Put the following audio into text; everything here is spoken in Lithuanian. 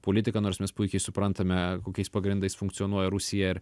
politiką nors mes puikiai suprantame kokiais pagrindais funkcionuoja rusija ir